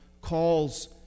calls